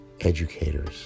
educators